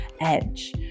edge